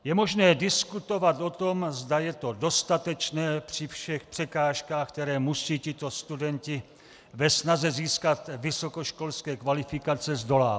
Je možné diskutovat o tom, zda je to dostatečné při všech překážkách, které musí tito studenti ve snaze získat vysokoškolské kvalifikace zdolávat.